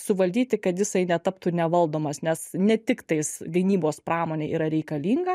suvaldyti kad jisai netaptų nevaldomas nes ne tiktais gynybos pramonė yra reikalinga